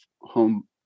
home